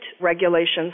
regulations